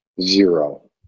Zero